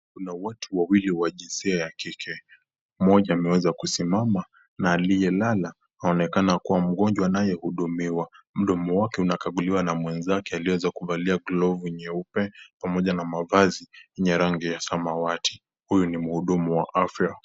Kuna watu wawili wa jinsia ya kike mmoja ameweza kusimama na aliyelala anaonekana kuwa mgonjwa anayehudumiwa. Mdomo wake unakaguliwa na mwenzake aliyeweza kuvaa glovu nyeupe pamoja na mavazi yenye rangi ya samawati. Huyu ni mhudumu wa afya.